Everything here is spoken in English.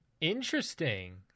Interesting